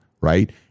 right